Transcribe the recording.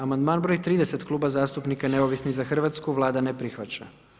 Amandman broj 30 Kluba zastupnika Neovisni za Hrvatsku, Vlada ne prihvaća.